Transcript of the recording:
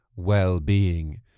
well-being